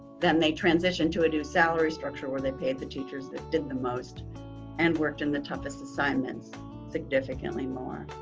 then they transitioned to a new salary structure where they paid the teachers that did the most and worked in the toughest assignments significantly more.